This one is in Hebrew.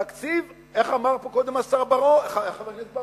תקציב, איך אמר חבר הכנסת בר-און?